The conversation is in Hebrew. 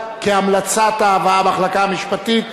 הצעת חוק קליטת חיילים משוחררים (תיקון,